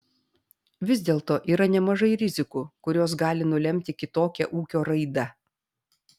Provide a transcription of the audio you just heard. vis dėlto yra nemažai rizikų kurios gali nulemti kitokią ūkio raidą